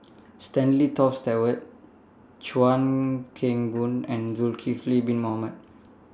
Stanley Toft Stewart Chuan Keng Boon and Zulkifli Bin Mohamed